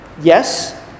Yes